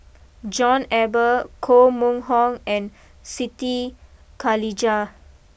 John Eber Koh Mun Hong and Siti Khalijah